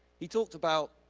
he talked about